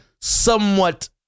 Somewhat